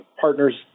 partners